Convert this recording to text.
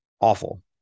awful